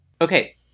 Okay